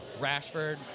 Rashford